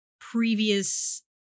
previous